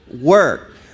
work